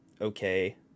okay